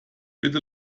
bitte